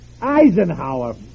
Eisenhower